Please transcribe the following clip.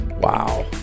Wow